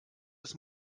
des